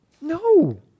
No